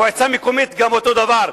מועצה מקומית, אותו דבר.